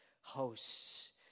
hosts